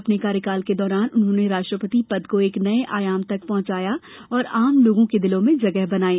अपने कार्यकाल के दौरान उन्होंने राष्ट्रपति पद को एक नए आयाम तक पहंचाया और आम लोगों के दिलों में जगह बनाई